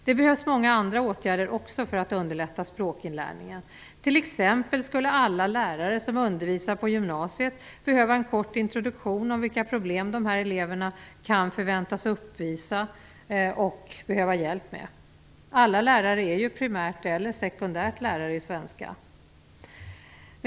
Det behövs också många andra åtgärder för att underlätta språkinlärningen. Alla lärare som undervisar på gymnasiet skulle t.ex. behöva en kort introduktion om vilka problem dessa elever kan förväntas uppvisa och behöva hjälp med. Alla lärare är ju primärt eller sekundärt lärare i svenska.